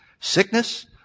Sickness